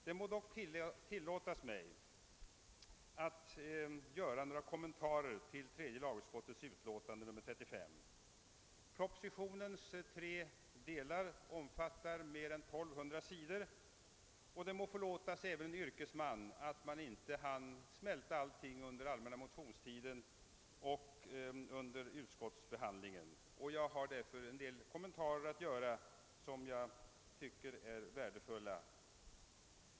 Det må dock tillåtas mig att göra några kommentarer till tredje lagutskottets utlåtande nr 35. Propositionens tre delar omfattar mer än 1200 sidor, och det må förlåtas även en yrkesman att man inte kunnat smälta allt under den allmänna motionstiden och under utskottsbehandlingen. Jag har därför en del kommentarer att göra som jag tycker har en viss betydelse.